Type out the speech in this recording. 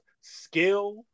skill